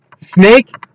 Snake